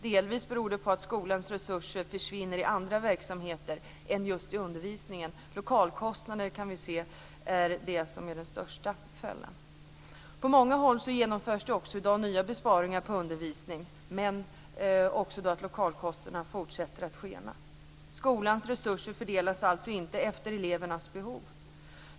Delvis beror det på att skolans resurser försvinner i andra verksamheter än just i undervisningen. Lokalkostnaderna är den största delen. På många håll genomförs det också i dag nya besparingar i fråga om undervisningen. Men lokalkostnaderna fortsätter att skena. Skolans resurser fördelas alltså inte efter elevernas behov.